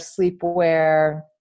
sleepwear